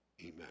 amen